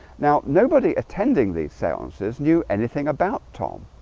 now nobody attending these seances knew anything about tom.